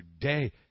day